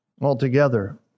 altogether